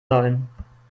sollen